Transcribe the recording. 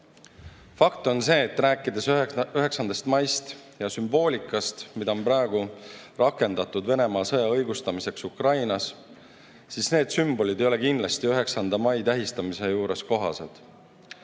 on see, et kui rääkida 9. maist ja sümboolikast, mida on praegu rakendatud Venemaa sõja õigustamiseks Ukrainas, siis need sümbolid ei ole kindlasti 9. mai tähistamisel kohased.